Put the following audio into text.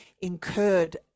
incurred